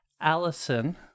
Allison